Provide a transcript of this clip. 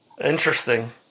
Interesting